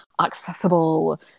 accessible